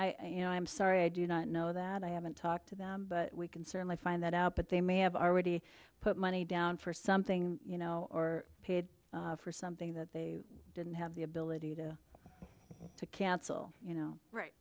i you know i'm sorry i do not know that i haven't talked to them but we can certainly find that out but they may have already put money down for something you know or paid for something that they didn't have the ability to to cancel you know right